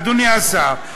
אדוני השר,